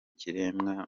kiremwa